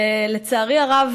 לצערי הרב,